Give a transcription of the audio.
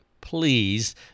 Please